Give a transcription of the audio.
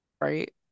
Right